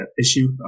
issue